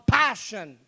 passion